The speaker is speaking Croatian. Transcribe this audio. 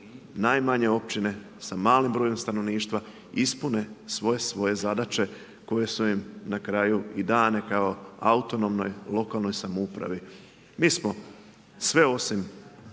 najmanje općine, s malim brojem stanovništva, ispune sve svoje zadaće, koje su im na kraju i dane kao autonomnoj lokalnoj samoupravi. Mi smo sve osim